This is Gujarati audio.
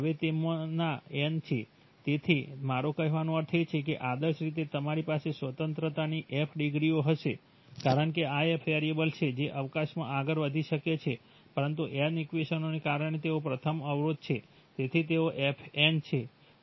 હવે તેમાંના n છે તેથી મારો કહેવાનો અર્થ એ છે કે આદર્શ રીતે તમારી પાસે સ્વતંત્રતાની f ડિગ્રીઓ હશે કારણ કે આ f વેરિયેબલ્સ છે જે અવકાશમાં આગળ વધી શકે છે પરંતુ n ઇક્વેશનોને કારણે તેઓ પ્રથમ અવરોધ છે તેથી તેઓ f n છે